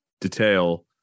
detail